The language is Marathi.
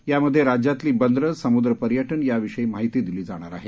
यामध्ये राज्यातली बंदरं समुद्र पर्यटन याविषयी माहिती दिली जाणार आहे